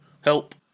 Help